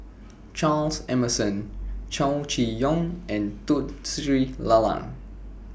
Charles Emmerson Chow Chee Yong and Tun Sri Lanang